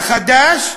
לחדש,